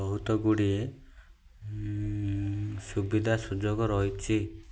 ବହୁତ ଗୁଡ଼ିଏ ସୁବିଧା ସୁଯୋଗ ରହିଛିି